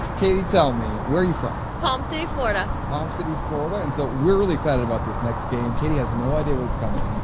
katie tell me where you from? palm city, florida. palm city florida. and so, we're really excited about this next game katie has no idea what's coming. and